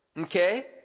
Okay